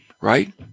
right